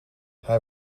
hij